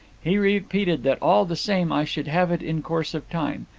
he repeated that all the same i should have it in course of time.